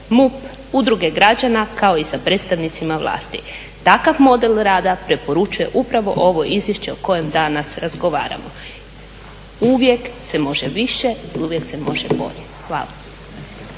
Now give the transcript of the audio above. MUP, udruge građana kao i sa predstavnicima vlasti. Takav model rada preporučuje upravo ovo izvješće o kojem danas razgovaramo. Uvijek se može, uvijek se može bolje. Hvala.